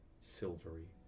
silvery